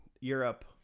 Europe